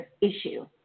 issue